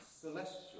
Celestial